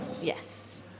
Yes